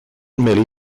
merely